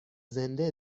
زنده